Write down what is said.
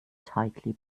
tightly